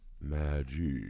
magic